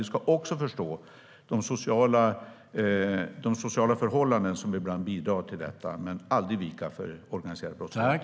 Vi ska också förstå de sociala förhållanden som ibland bidrar till detta, men vi ska aldrig vika för organiserad brottslighet.